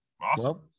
Awesome